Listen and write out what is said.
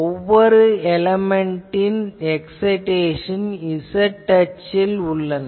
ஒவ்வொரு எலேமென்ட்டின் excitation z அச்சில் உள்ளன